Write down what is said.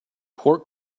pork